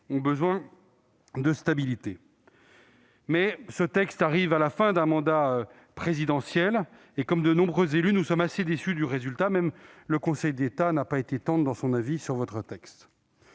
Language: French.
ont besoin de stabilité. Néanmoins, ce texte arrive à la fin d'un mandat présidentiel et, comme nombre d'élus, nous sommes assez déçus du résultat ; même le Conseil d'État n'a pas été tendre dans son avis sur votre texte